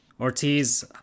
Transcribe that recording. Ortiz